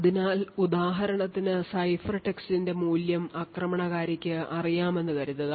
അതിനാൽ ഉദാഹരണത്തിന് സൈഫർടെക്സ്റ്റിന്റെ മൂല്യം ആക്രമണകാരിക്ക് അറിയാമെന്ന് കരുതുക